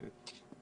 אוקיי.